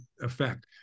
effect